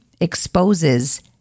exposes